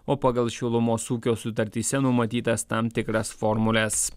o pagal šilumos ūkio sutartyse numatytas tam tikras formules